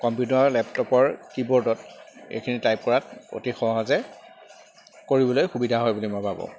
computer লেপটপৰ কীবৰ্ডত এইখিনি টাইপ কৰাত অতি সহজে কৰিবলৈ সুবিধা হয় বুলি মই ভাবোঁ